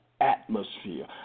atmosphere